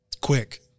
quick